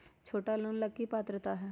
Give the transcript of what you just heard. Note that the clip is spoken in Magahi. छोटा लोन ला की पात्रता है?